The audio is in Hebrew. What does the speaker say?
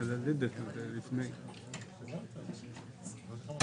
כלומר לפני שנה,